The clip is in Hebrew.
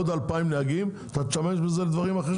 עוד 2,000 נהגים אתה תשתמש בזה גם לדברים אחרים.